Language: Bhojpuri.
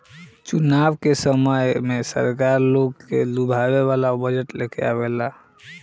चुनाव के समय में सरकार लोग के लुभावे वाला बजट लेके आवेला